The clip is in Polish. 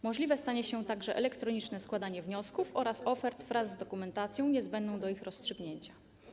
Możliwe stanie się także elektroniczne składanie wniosków oraz ofert wraz z dokumentacją niezbędną do ich rozstrzygnięcia.